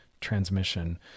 transmission